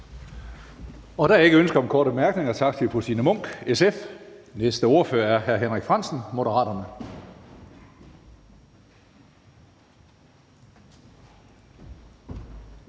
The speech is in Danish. Der er ikke ønske om korte bemærkninger. Tak til fru Signe Munk, SF. Næste ordfører er hr. Henrik Frandsen, Moderaterne.